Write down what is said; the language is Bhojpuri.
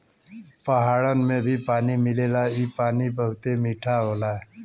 पहाड़न में भी पानी मिलेला इ पानी बहुते मीठा होला